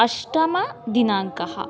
अष्टमदिनाङ्कः